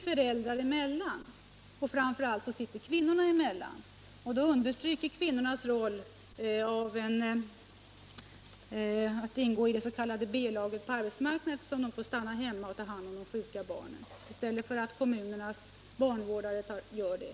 Föräldrarna och framför allt kvinnorna får ju sitta emellan, och det understryker kvinnornas roll att ingå i det s.k. B-laget på arbetsmarknaden när de får stanna hemma och ta hand om de sjuka barnen i stället för att kommunens barnvårdare gör det.